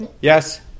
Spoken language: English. Yes